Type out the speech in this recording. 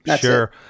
Sure